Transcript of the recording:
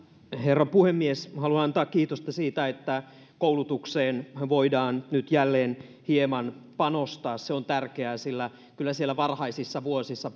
herra puhemies haluan antaa kiitosta siitä että koulutukseen voidaan nyt jälleen hieman panostaa se on tärkeää sillä kyllä siellä varhaisissa vuosissa